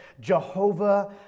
Jehovah